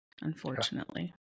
unfortunately